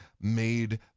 made